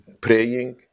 praying